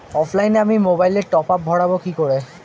অফলাইনে আমি মোবাইলে টপআপ ভরাবো কি করে?